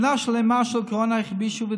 שנה שלמה של קורונה הכפישו,